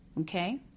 okay